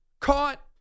Caught